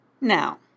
now